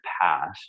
past